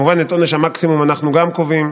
כמובן את עונש המקסימום אנחנו גם קובעים,